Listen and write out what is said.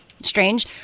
strange